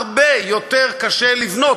והרבה יותר קשה לבנות.